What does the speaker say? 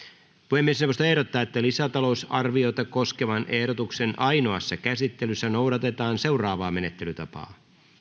puhemiesneuvosto ehdottaa että lisätalousarviota koskevan ehdotuksen ainoassa käsittelyssä noudatetaan seuraavaa menettelytapaa